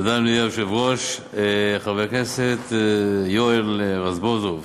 אדוני היושב-ראש, תודה, חבר הכנסת יואל רזבוזוב,